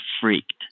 freaked